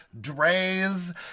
Dre's